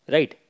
Right